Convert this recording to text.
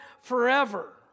forever